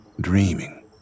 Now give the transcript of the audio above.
dreaming